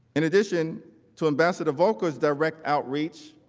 in addition to ambassador volker's direct outreach,